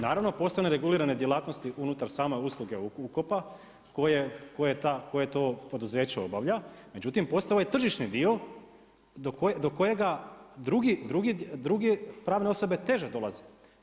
Naravno, postoje regulirane djelatnosti unutar same usluge ukopa koje to poduzeće obavlja, međutim postoji ovaj tržišni dio do kojega druge pravne osobe teže dolaze.